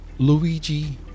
Luigi